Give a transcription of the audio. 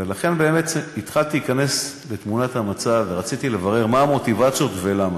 ולכן באמת התחלתי להיכנס לתמונת המצב ורציתי לברר מה המוטיבציות ולמה.